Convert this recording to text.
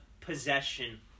possession